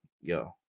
Yo